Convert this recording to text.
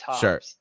Sure